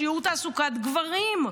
בשיעור תעסוקת גברים,